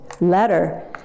letter